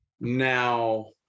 Now